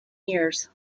years